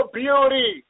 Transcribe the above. beauty